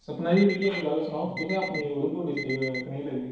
सपना जी मिगी इक्क गल्ल सनाओ तुसेंगी अपनी उधमपुर डिस्ट्रिक्ट कनेही लगदी